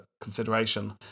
consideration